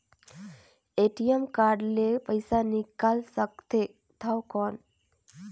ATM card ले पइसा निकाल सकथे थव कौन?